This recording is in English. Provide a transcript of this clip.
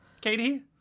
Katie